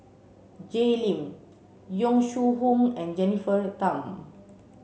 Jay Lim Yong Shu Hoong and Jennifer Tham